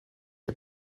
ihr